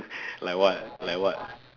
like what like what